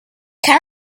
can